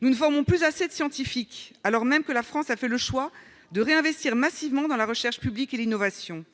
nous ne formons plus à de scientifique, alors même que la France a fait le choix de réinvestir massivement dans la recherche publique et l'innovation